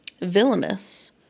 Villainous